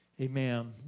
Amen